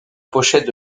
pochette